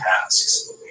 tasks